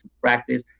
practice